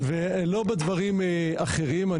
ולא בדברים אחרים.